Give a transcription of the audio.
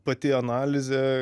pati analizė